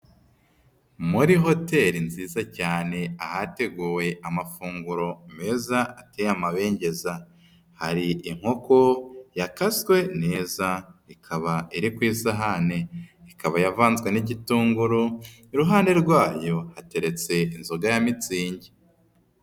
Muri hoteli nziza cyane ahateguwe amafunguro meza ateye amabengeza. Hari inkoko yakaswe neza ikaba iri ku isahani, ikaba yavanzwe n'igitunguru, iruhande rwayo hateretse inzoga ya mitsingi.